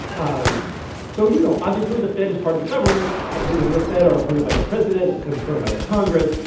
um so, you know, obviously, the fed is part of the government. the leaders of the fed are appointed by the president and confirmed by the congress.